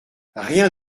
rien